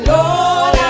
Lord